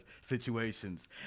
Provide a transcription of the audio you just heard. situations